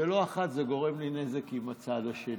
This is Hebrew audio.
ולא אחת זה גורם לי נזק עם הצד השני.